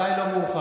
עדיין לא מאוחר.